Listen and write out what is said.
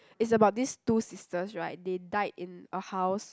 it's about these two sisters right they died in a house